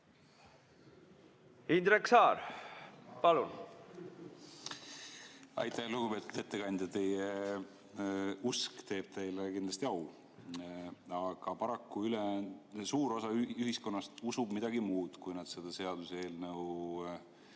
Indrek Saar, palun! Aitäh! Lugupeetud ettekandja! Teie usk teeb teile kindlasti au. Aga paraku, suur osa ühiskonnast usub midagi muud, kui nad selle seaduseelnõu